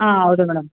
ಹಾಂ ಹೌದು ಮೇಡಮ್